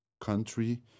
country